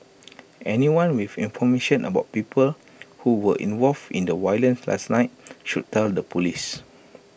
anyone with information about people who were involved in the violence last night should tell the Police